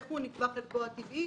איך נקבע חלקו הטבעי?